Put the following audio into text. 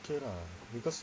K lah because because